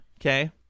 okay